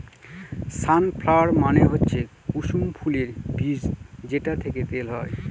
সান flower মানে হচ্ছে কুসুম ফুলের বীজ যেটা থেকে তেল হয়